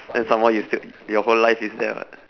and some more you stil~ your whole life is there [what]